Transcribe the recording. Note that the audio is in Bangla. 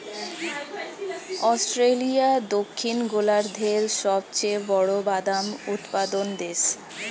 অস্ট্রেলিয়া দক্ষিণ গোলার্ধের সবচেয়ে বড় বাদাম উৎপাদক দেশ